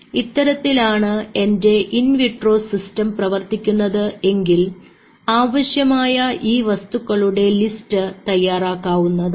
ഇത്തരത്തിൽ ആണ് എൻറെ ഇൻവിട്രോ സിസ്റ്റം പ്രവർത്തിക്കുന്നത് എങ്കിൽ ആവശ്യമായ ഈ വസ്തുക്കളുടെ ലിസ്റ്റ് തയ്യാറാക്കാവുന്നതാണ്